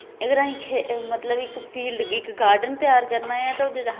योगा साढ़ी तांई बड़ी जेह्ड़ी अच्छी चीज ऐ ओह् करनी चाहिदी आहें